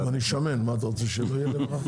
אני שמן, אתה רוצה שלא יהיה לי לב רחב.